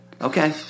okay